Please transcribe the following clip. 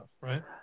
right